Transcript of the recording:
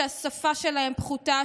שהשפה שלהם פחותה,